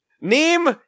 Neem